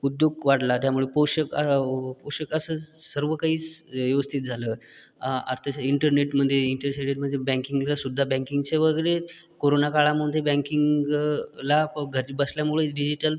उद्योग वाढला त्यामुळे पोषक पोषक असं सर्व काही व्यवस्थित झालं आ आर्थ इंटरनेटमध्ये इंटेरसेटमध्ये बँकिंगला सुद्धा बँकिंगचे वगैरे करोनाकाळामध्ये बँकिंग लाभ घरी बसल्यामुळे डिजिटल